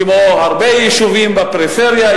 כמו הרבה יישובים בפריפריה,